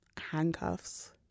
handcuffs